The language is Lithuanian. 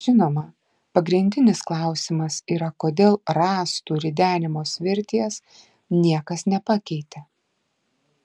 žinoma pagrindinis klausimas yra kodėl rąstų ridenimo svirties niekas nepakeitė